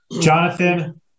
Jonathan